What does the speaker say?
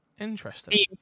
Interesting